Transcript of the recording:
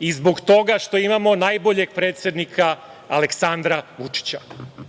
i zbog toga što imamo najboljeg predsednika Aleksandra Vučića. Najveći